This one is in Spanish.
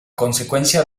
consecuencia